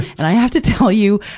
and i have to tell you,